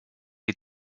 die